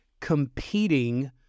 competing